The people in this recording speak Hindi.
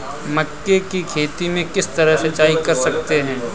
मक्के की खेती में किस तरह सिंचाई कर सकते हैं?